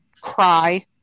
cry